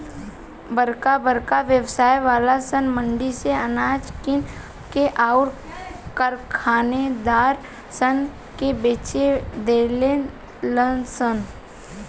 बरका बरका व्यवसाय वाला सन मंडी से अनाज किन के अउर कारखानेदार सन से बेच देवे लन सन